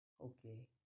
Okay